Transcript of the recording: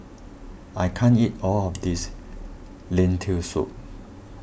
I can't eat all of this Lentil Soup